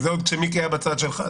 וזה עוד כשמיקי היה בצד שלך.